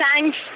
thanks